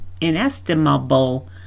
Inestimable